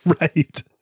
Right